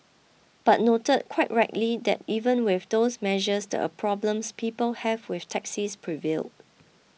but noted quite rightly that even with those measures the a problems people have with taxis prevailed